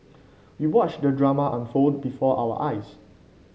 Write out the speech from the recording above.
we watched the drama unfold before our eyes